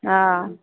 ओ